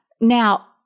Now